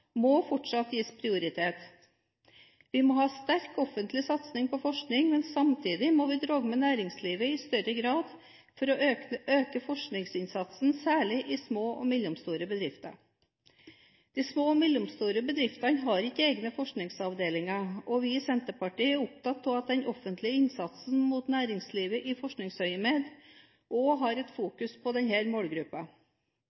må fortsatt gis prioritet. Vi må ha sterk offentlig satsing på forskning, men samtidig må vi dra med næringslivet i større grad for å øke forskningsinnsatsen, særlig i små og mellomstore bedrifter. De små og mellomstore bedriftene har ikke egne forskningsavdelinger, og vi i Senterpartiet er opptatt av at den offentlige innsatsen mot næringslivet i forskningsøyemed også har et